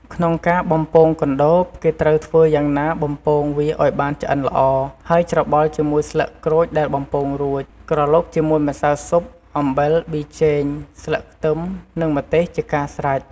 ក្នុងការបំពងកណ្តូប គេត្រូវធ្វើយ៉ាងណាបំពងវាឱ្យបានឆ្អិនល្អ ហើយច្របល់ជាមួយស្លឹកក្រូចដែលបំពងរួច ក្រឡុកជាមួយម្សៅស៊ុប អំបិល ប៊ីចេង ស្លឹកខ្ទឹមនិងម្ទេសជាការស្រេច។